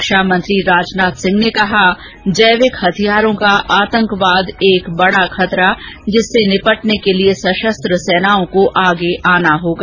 रक्षा मंत्री राजनाथ सिंह ने कहा जैविक हथियारों का आतंकवाद एक बडा खतरा जिससे निपटने के लिए सशस्त्र सेनाओं को आगे आना होगा